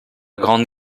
grande